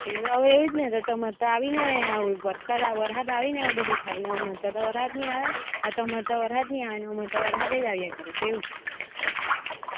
એ તો હવે એવું જ ને તો તમારે તો આવીને આવ વરસાદ આવી વરસાદ આવીને આવું બધું થાય ને અમારે તો તો વરસાદ નહીં આવે ત્યારે તમારે તો વરસાદ નહીં આવે ને અમારે તો વરસાદેય આવ્યા કરે તેવું